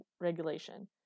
regulation